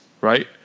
right